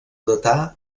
datar